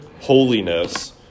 holiness